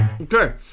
okay